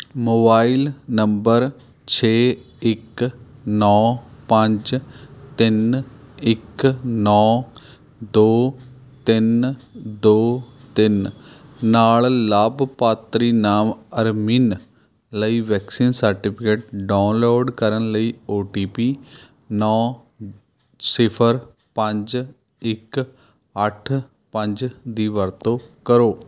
mobile number ਛੇ ਇੱਕ ਨੌ ਪੰਜ ਤਿੰਨ ਇੱਕ ਨੌ ਦੋ ਤਿੰਨ ਦੋ ਤਿੰਨ ਨਾਲ਼ ਲਾਭਪਾਤਰੀ ਨਾਮ ਅਰਮਿਨ ਲਈ ਵੈੇੇਕਸੀਨ ਸਰਟੀਫਿਕੇਟ ਡਾਊਨਲੋਡ ਕਰਨ ਲਈ ਓ ਟੀ ਪੀ ਨੌ ਸਿਫਰ ਪੰਜ ਇੱਕ ਅੱਠ ਪੰਜ ਦੀ ਵਰਤੋਂ ਕਰੋ